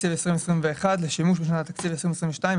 התקציב 2021 לשימוש בשנת התקציב 2022,